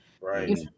Right